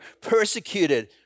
persecuted